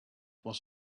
was